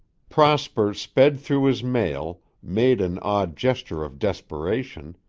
prosper sped through his mail, made an odd gesture of desperation,